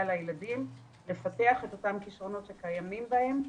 לילדים לפתח את אותם כישרונות שקיימים בהם,